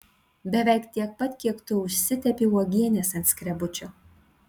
beveik tiek pat kiek tu užsitepi uogienės ant skrebučio